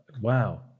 wow